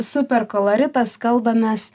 superkoloritas kalbamės